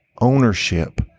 ownership